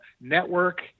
network